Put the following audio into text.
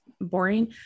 boring